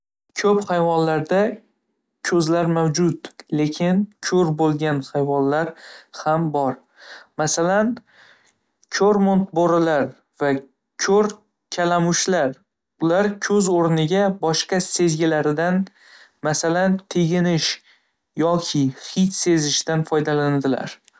Ko‘p hayvonlarda ko‘zlar mavjud. Lekin ko‘r bo‘lgan hayvonlar ham bor, masalan, ko‘rmond bo‘rilar va ko‘r kalamushlar. Ular ko‘z o‘rniga boshqa sezgilaridan, masalan, teginish yoki hid sezishdan foydalanadilar.